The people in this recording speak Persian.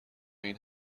این